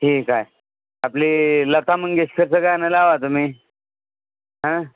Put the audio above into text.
ठीक आहे आपली लता मंगेशकरचं गाणं लावा तुम्ही